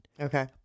okay